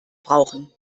brauchen